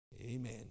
amen